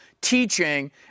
teaching